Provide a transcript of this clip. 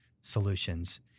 solutions